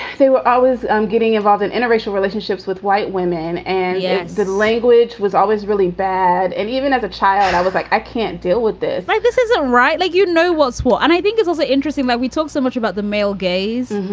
they were always um getting involved in interracial relationships with white women. and yeah the language was always really bad. and even as a child, i was like, i can't deal with this like, this isn't right. like, you know what's cool? and i think it's also interesting, like we talk so much about the male gaze.